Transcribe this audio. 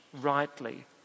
rightly